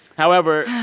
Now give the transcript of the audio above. however,